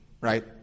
right